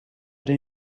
they